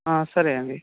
సరే అండి